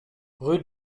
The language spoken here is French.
rue